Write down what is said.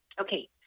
Okay